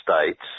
states